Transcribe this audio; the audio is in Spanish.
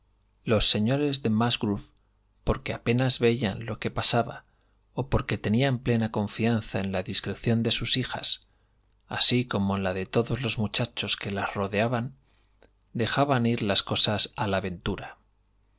los señores de músgrove porque apenas veían lo que pasaba o porque tenían plena confianza en la discreción de sus hijas así como en la de todos los muchachos que las rodeaban dejaban ir las cosas a la ventura